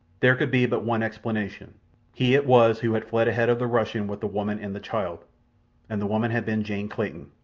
there could be but one explanation he it was who had fled ahead of the russian with the woman and the child and the woman had been jane clayton.